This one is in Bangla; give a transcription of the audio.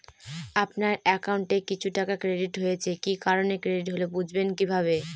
আপনার অ্যাকাউন্ট এ কিছু টাকা ক্রেডিট হয়েছে কি কারণে ক্রেডিট হল বুঝবেন কিভাবে?